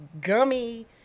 gummy